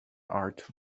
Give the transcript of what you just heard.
art